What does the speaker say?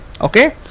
okay